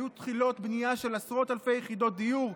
היו התחלות בנייה של עשרות אלפי יחידות דיור,